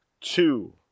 two